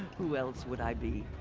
who else would i be?